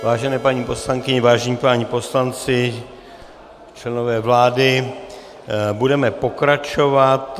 Vážené paní poslankyně, vážení páni poslanci, členové vlády, budeme pokračovat.